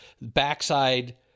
backside